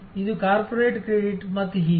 ಇದು corporate credit ಮತ್ತು ಹೀಗೆ